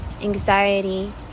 anxiety